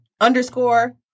underscore